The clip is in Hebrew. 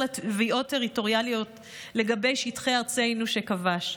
לתביעות טריטוריאליות לגבי שטחי ארצנו שכבש: